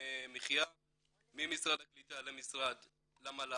ודמי המחיה ממשרד הקליטה למל"ג,